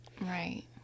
right